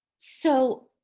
so,